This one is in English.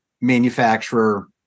manufacturer